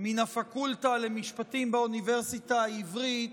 מן הפקולטה למשפטים באוניברסיטה העברית,